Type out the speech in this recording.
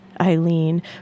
Eileen